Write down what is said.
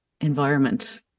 environment